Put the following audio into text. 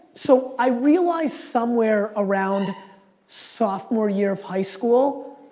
so, i realized somewhere around sophomore year of high school,